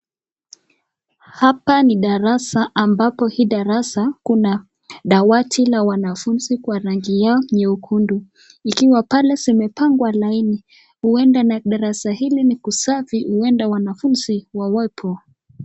Hapa ni darasa ambapo hii darasa kuna dawati la wanafuzi kwa rangi yao nyekundu ikiwa pale zimepangwa laini. Ueda darasa hili ni kusafi ueda wanafuzi wawepo.